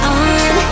on